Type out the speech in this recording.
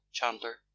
Chandler